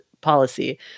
policy